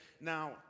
Now